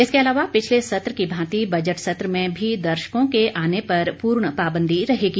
इसके अलाया पिछले सत्र की भांति बजट सत्र में भी दर्शकों के आने पर पूर्ण पाबंदी रहेगी